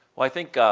well, i think,